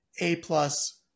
A-plus